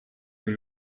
iri